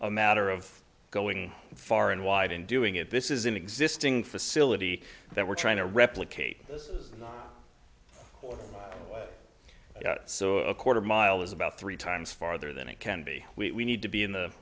a matter of going far and wide and doing it this is an existing facility that we're trying to replicate or so a quarter mile is about three times farther than it can be we need to be in